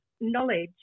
knowledge